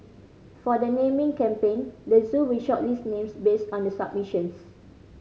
for the naming campaign the zoo will shortlist names based on the submissions